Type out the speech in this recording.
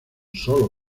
solo